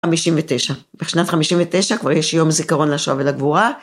59. בשנת 59 כבר יש יום זיכרון לשואה ולגבורה.